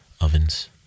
ovens